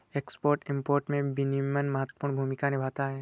export import में विनियमन महत्वपूर्ण भूमिका निभाता है